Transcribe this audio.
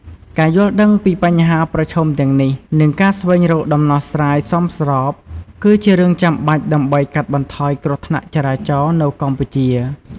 ការយល់ដឹងពីបញ្ហាប្រឈមទាំងនេះ និងការស្វែងរកដំណោះស្រាយសមស្រប គឺជារឿងចាំបាច់ដើម្បីកាត់បន្ថយគ្រោះថ្នាក់ចរាចរណ៍នៅកម្ពុជា។